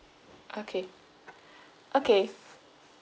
okay okay